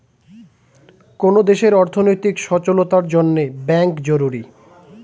কোন দেশের অর্থনৈতিক সচলতার জন্যে ব্যাঙ্ক জরুরি